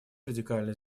радикально